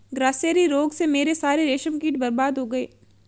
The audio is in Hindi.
ग्रासेरी रोग से मेरे सारे रेशम कीट बर्बाद हो गए